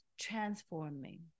transforming